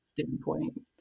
standpoint